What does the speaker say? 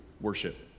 worship